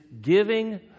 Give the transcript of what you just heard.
giving